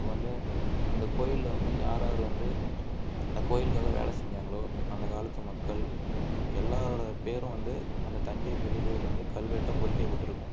வந்து அந்த கோவில்ல வந்து யாராரு வந்து அந்த கோவிலுக்காக வேலை செஞ்சாங்களோ அந்த காலத்து மக்கள் எல்லோரோட பேரும் வந்து அந்த தஞ்சை பெரிய கோவிலில் வந்து கல்வெட்டாக பொறிக்கப்பட்டிருக்கும்